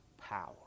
power